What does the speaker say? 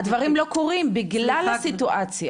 הדברים לא קורים בגלל הסיטואציה,